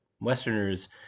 Westerners